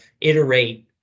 iterate